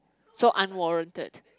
so unwarranted